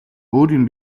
өөрийн